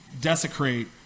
Desecrate